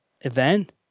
event